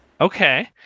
Okay